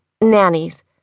Nannies